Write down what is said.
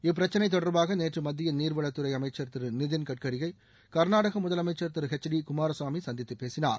இப்பிரச்சினை தொடர்பாக நேற்று மத்திய நீர்வளத்துறை அமைச்சர் திரு நிதின் கட்கரியை கள்நாடக முதலமைச்சர் திரு எச் டி குமாரசாமி சந்தித்து பேசினார்